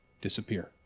disappear